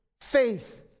faith